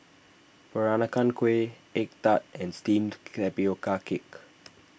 Peranakan Kueh Egg Tart and Steamed Tapioca Cake